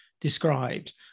described